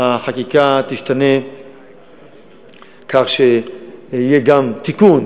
החקיקה תשתנה כך שיהיה גם תיקון